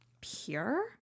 pure